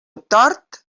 tort